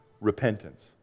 repentance